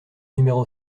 numéro